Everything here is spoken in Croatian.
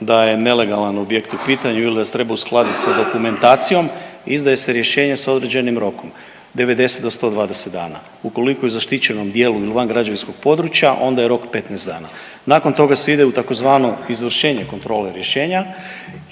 da je nelegalan objekt u pitanju ili da se treba uskladit sa dokumentacijom izdaje se rješenje s određenim rokom 90 do 120 dana. Ukoliko je u zaštićenom dijelu ili van građevinskom područja onda je rok 15 dana. Nakon toga se ide u tzv. izvršenje kontrole rješenja